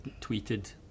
tweeted